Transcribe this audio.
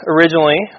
originally